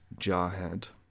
Jarhead